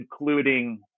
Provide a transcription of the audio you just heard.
including